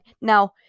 Now